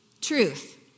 truth